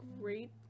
great